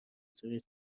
سوری